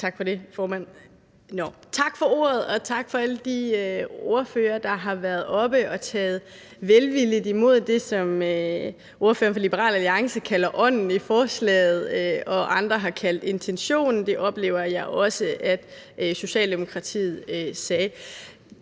Tak, formand. Tak for ordet, og tak til alle de ordførere, der har været oppe og taget velvilligt imod det, som ordføreren for Liberal Alliance kalder ånden i forslaget, og som andre har kaldt intentionen. Det oplever jeg også var det, Socialdemokratiet sagde.